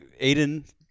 Aiden